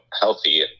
healthy